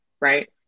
right